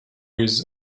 with